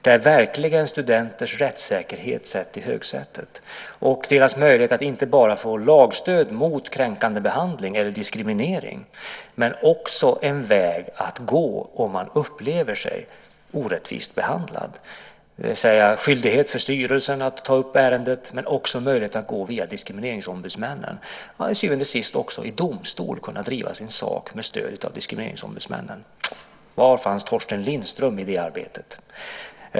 Där sätts studenters rättssäkerhet verkligen i högsätet liksom deras möjlighet att inte bara få lagstöd mot kränkande behandling eller diskriminering utan också ha en väg att gå om man upplever sig orättvist behandlad, det vill säga en skyldighet för styrelsen att ta upp ärendet men också möjlighet för studenten att gå via diskrimineringsombudsmännen och till syvende och sist också i domstol driva sin sak med stöd av diskrimineringsombudsmännen. Var fanns Torsten Lindström i det arbetet?